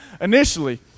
initially